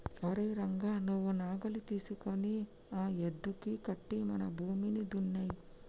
ఓరై రంగ నువ్వు నాగలి తీసుకొని ఆ యద్దుకి కట్టి మన భూమిని దున్నేయి